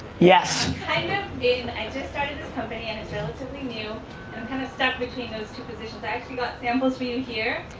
yes! i just started this company and it's relatively new. so i'm kind of stuck between those two positions i actually got samples for you here.